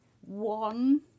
one